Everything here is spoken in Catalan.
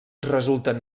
resulten